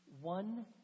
One